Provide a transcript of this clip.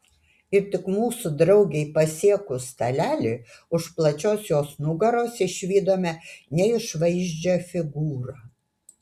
ir tik mūsų draugei pasiekus stalelį už plačios jos nugaros išvydome neišvaizdžią figūrą